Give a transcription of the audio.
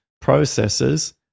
processes